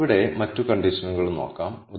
നമുക്ക് ഇവിടെ മറ്റു കണ്ടിഷനുകൾ നോക്കാം